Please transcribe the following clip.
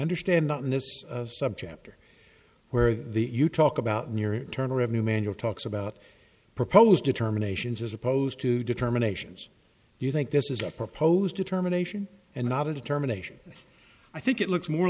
understand on this subject or where you talk about near term revenue manual talks about proposed determinations as opposed to determinations you think this is a proposed determination and not a determination i think it looks more